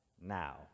now